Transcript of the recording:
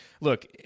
look